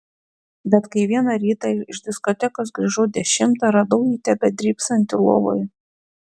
bet kai vieną rytą iš diskotekos grįžau dešimtą radau jį tebedrybsantį lovoje